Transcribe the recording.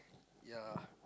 ya